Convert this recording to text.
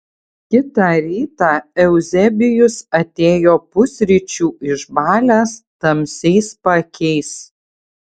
kitą rytą euzebijus atėjo pusryčių išbalęs tamsiais paakiais